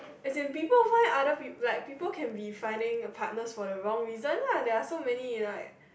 isn't people why other like people can be finding partners for a wrong reason lah there are so many like